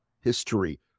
history